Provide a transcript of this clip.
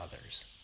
others